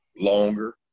longer